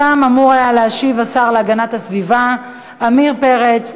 שם היה אמור להשיב השר להגנת הסביבה עמיר פרץ,